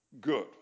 good